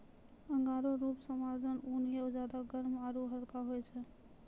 angora ऊन साधारण ऊन स ज्यादा गर्म आरू हल्का होय छै